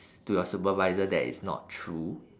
to your supervisor that is not true